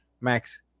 Max